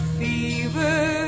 fever